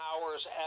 powers